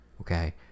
Okay